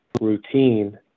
routine